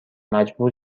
مجبور